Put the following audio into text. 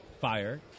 fire